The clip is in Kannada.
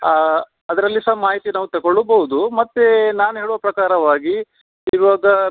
ಅದರಲ್ಲಿ ಸಹ ಮಾಹಿತಿ ನಾವು ತಗೊಳ್ಳೂಬೌದು ಮತ್ತು ನಾನು ಹೇಳುವ ಪ್ರಕಾರವಾಗಿ ಇವಾಗ